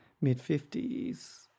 mid-50s